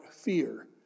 fear